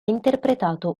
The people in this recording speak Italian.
interpretato